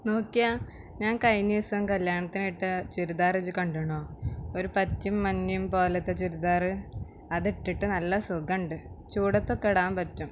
നോക്കിയെ ഞാൻ കഴിഞ്ഞ ദിവസം കല്യാണത്തിനിട്ട ചുരിദാർ ഇജ് കണ്ടിരുന്നോ ഒരു പച്ചയും മഞ്ഞയും പോലത്തെ ചുരിദാറ് അതിട്ടിട്ട് നല്ല സുഖമുണ്ട് ചൂടത്തൊക്കെ ഇടാൻ പറ്റും